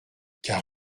car